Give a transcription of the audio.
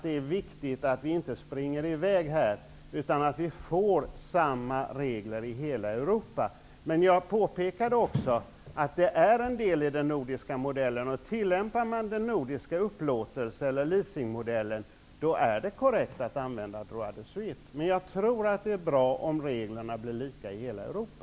Det är viktigt att vi inte springer i väg utan får samma regler i hela Europa. Jag påpekade också att droit de suite är en del av den nordiska modellen. Om man tillämpar den nordiska upplåtelsemodellen eller leasingmodellen är det korrekt att använda droit de suite. Det är bra om reglerna blir lika i hela